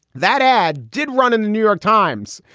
that ad did run in the new york times.